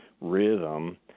rhythm